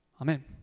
Amen